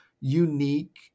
unique